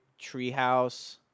treehouse